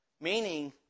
Meaning